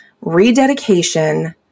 rededication